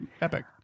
epic